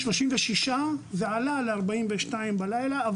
36,000 וזה עלה ל-42,000 בלילה.